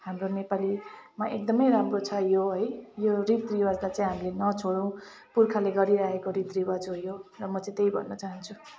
हाम्रो नेपालीमा एकदमै राम्रो छ यो है यो रीतिरिवाज चाहिँ हामीले नछौडौँ पुर्खाले गरिरहेको रीतिरिवाज हो यो र म चाहिँ त्यही भन्न चाहन्छु